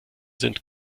sind